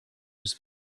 was